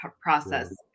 process